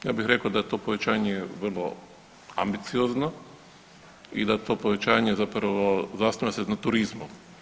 Ja bih rekao da je to povećanje vrlo ambiciozno i da to povećanje zapravo zasniva na turizmu.